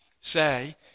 say